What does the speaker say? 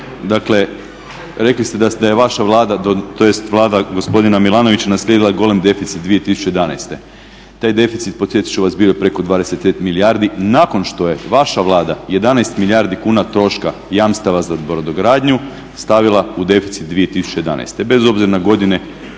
dakle rekli ste da je vaša Vlada, tj. Vlada gospodina Milanovića naslijedila golem deficit 2011., taj deficit podsjetit ću vas bio je preko 20 milijardi nakon što je vaša Vlada 11 milijardi kuna troška jamstava za brodogradnju stavila u deficit 2011., bez obzira na godine